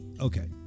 Okay